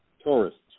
Tourists